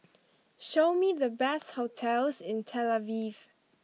show me the best hotels in Tel Aviv